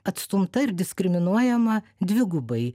atstumta ir diskriminuojama dvigubai